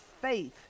faith